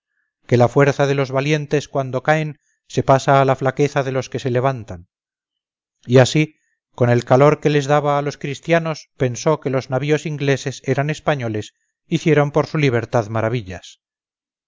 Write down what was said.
que la fuerza de los valientes cuando caen se pasa a la flaqueza de los que se levantan y así con el calor que les daba a los christianos pensó que los navíos ingleses eran españoles hicieron por su libertad maravillas